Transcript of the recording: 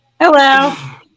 hello